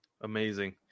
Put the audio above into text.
Amazing